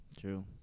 True